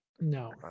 No